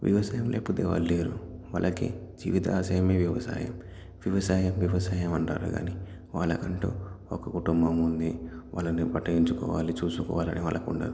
వ్యవసాయం లేకపోతే వాళ్ళు లేరు వాళ్ళకి జీవిత ఆశయమే వ్యవసాయం వ్యవసాయం వ్యవసాయం అంటారే కానీ వాళ్ళకి అంటూ ఒక కుటుంబం ఉంది వాళ్ళని పట్టించుకోవాలి చూసుకోవాలని వాళ్ళకు ఉండదు